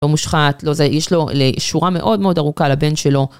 לא מושחת, לא זה, יש לו, לשורה מאוד מאוד ארוכה לבן שלו.